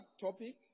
topic